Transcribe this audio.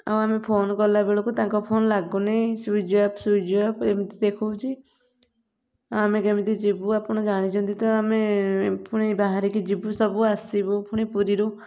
ଆଉ ଆମେ ଫୋନ୍ କଲାବେଳକୁ ତାଙ୍କ ଫୋନ୍ ଲାଗୁନି ସୁଇଚ୍ ଅଫ୍ ସୁଇଚ୍ ଅଫ୍ ଏମିତି ଦେଖାଉଛି ଆଉ ଆମେ କେମିତି ଯିବୁ ଆପଣ ଜାଣିଛନ୍ତି ତ ଆମେ ପୁଣି ବାହାରିକି ଯିବୁ ସବୁ ଆସିବୁ ପୁଣି ପୁରୀରୁ